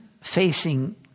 facing